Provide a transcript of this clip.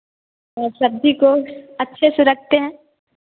और सब्ज़ी को अच्छे से रखते हैं